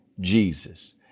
Jesus